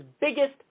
biggest